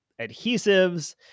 adhesives